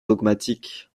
dogmatique